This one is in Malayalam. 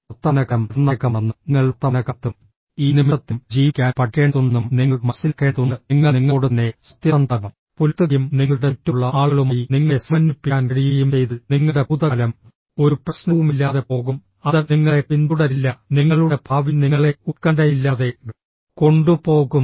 വർത്തമാനകാലം നിർണായകമാണെന്നും നിങ്ങൾ വർത്തമാനകാലത്തും ഈ നിമിഷത്തിലും ജീവിക്കാൻ പഠിക്കേണ്ടതുണ്ടെന്നും നിങ്ങൾ മനസ്സിലാക്കേണ്ടതുണ്ട് നിങ്ങൾ നിങ്ങളോട് തന്നെ സത്യസന്ധത പുലർത്തുകയും നിങ്ങളുടെ ചുറ്റുമുള്ള ആളുകളുമായി നിങ്ങളെ സമന്വയിപ്പിക്കാൻ കഴിയുകയും ചെയ്താൽ നിങ്ങളുടെ ഭൂതകാലം ഒരു പ്രശ്നവുമില്ലാതെ പോകും അത് നിങ്ങളെ പിന്തുടരില്ല നിങ്ങളുടെ ഭാവി നിങ്ങളെ ഉത്കണ്ഠയില്ലാതെ കൊണ്ടുപോകും